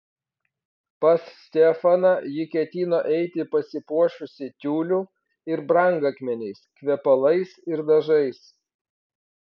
pas stefaną ji ketino eiti pasipuošusi tiuliu ir brangakmeniais kvepalais ir dažais